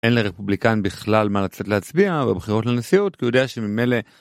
אין לרפובליקן בכלל מה לצאת להצביע בבחירות לנשיאות כי הוא יודע שממילא...